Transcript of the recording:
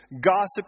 Gossip